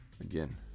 Again